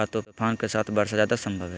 क्या तूफ़ान के साथ वर्षा जायदा संभव है?